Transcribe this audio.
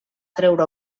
treure